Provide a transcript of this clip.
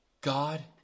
God